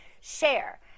share